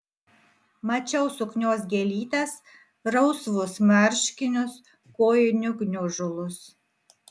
mačiau suknios gėlytes rausvus marškinius kojinių gniužulus